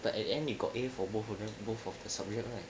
but in the end you got A for both of them both of the subjects right